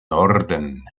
norden